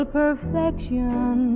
perfection